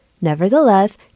Nevertheless